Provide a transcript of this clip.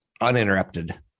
uninterrupted